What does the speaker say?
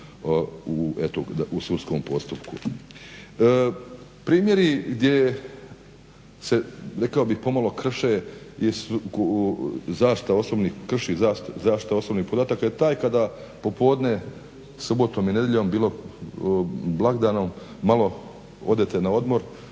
u sudskom postupku. Primjeri gdje se rekao bih pomalo krši zaštita osobnih podataka je taj kada popodne subotom i nedjeljom bilo blagdanom, poslije ručka